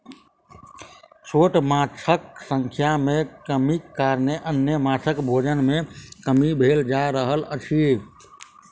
छोट माँछक संख्या मे कमीक कारणेँ अन्य माँछक भोजन मे कमी भेल जा रहल अछि